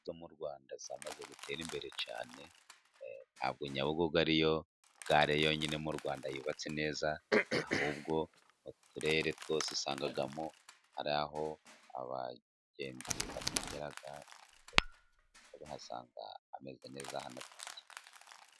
Zo mu rwanda zamaze gutera imbere cyane, nta bwo Nyabugogo ari yo gare yonyine mu Rwanda yubatse neza, ahubwo uturere twose usanga hari aho abagenzi bategera bahasanga hameze neza.